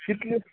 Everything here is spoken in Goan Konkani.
कितले